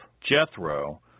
Jethro